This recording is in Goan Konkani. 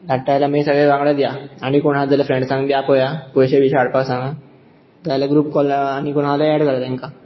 धाडटा जाल्यार आमी सगळे वांगडात या आनी कोण आसात जाल्यार फ्रेंडसांक बी आपया पयशे बियशे हाडपाक सांगा जाल्यार ग्रुप कॉल आनीक कोण आसा जाल्यार एड करा तेंकां